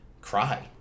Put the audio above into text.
cry